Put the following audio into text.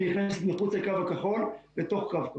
מחוץ לקו הכחול שנכנסת לתוך קו הכחול.